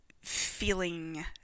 feeling